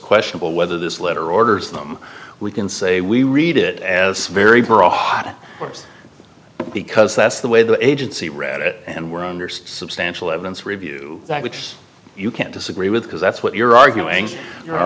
questionable whether this letter orders them we can say we read it as a very broad hot course because that's the way the agency read it and we're under substantial evidence review that which you can't disagree with because that's what you're arguing all